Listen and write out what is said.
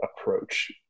approach